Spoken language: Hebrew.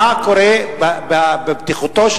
מה קורה עם בטיחותו.